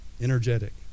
energetic